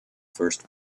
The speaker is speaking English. first